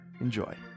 Enjoy